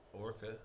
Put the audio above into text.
Orca